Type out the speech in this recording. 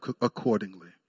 accordingly